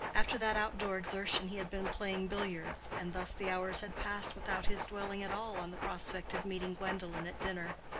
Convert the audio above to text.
after that outdoor exertion he had been playing billiards, and thus the hours had passed without his dwelling at all on the prospect of meeting gwendolen at dinner.